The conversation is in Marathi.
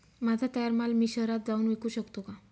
माझा तयार माल मी शहरात जाऊन विकू शकतो का?